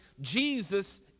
Jesus